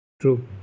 True